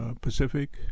Pacific